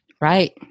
right